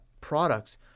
products